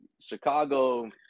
Chicago